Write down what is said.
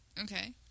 Okay